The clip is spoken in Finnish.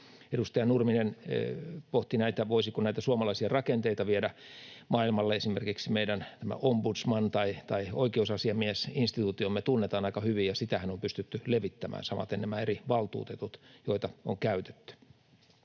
Edustaja Nurminen pohti, voisiko näitä suomalaisia rakenteita viedä maailmalle. Esimerkiksi meidän ombudsman‑ tai oikeusasiamiesinstituutiomme tunnetaan aika hyvin, ja sitähän on pystytty levittämään, samaten nämä eri valtuutetut, joita on käytetty.